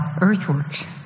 earthworks